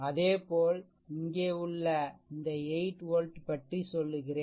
அதேபோல் இங்கே உள்ள இந்த 8 volt பற்றி சொல்கிறேன்